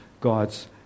God's